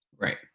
Right